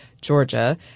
Georgia